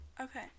okay